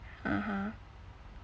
(uh huh)